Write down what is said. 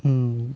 mm